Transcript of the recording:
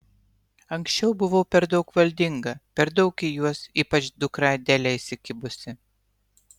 anksčiau buvau per daug valdinga per daug į juos ypač dukrą adelę įsikibusi